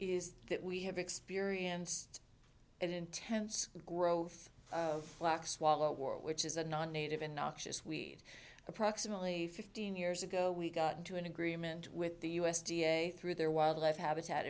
is that we have experienced an intense growth of black swallow war which is a non native in noxious weed approximately fifteen years ago we got into an agreement with the u s d a through their wildlife habitat